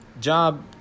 job